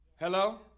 Hello